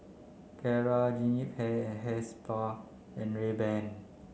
Kara Jean Yip Hair Hair Spa and Rayban